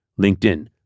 LinkedIn